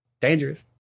Dangerous